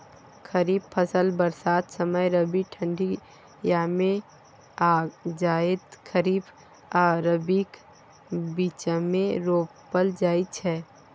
खरीफ फसल बरसात समय, रबी ठंढी यमे आ जाएद खरीफ आ रबीक बीचमे रोपल जाइ छै